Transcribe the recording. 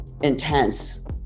intense